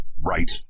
right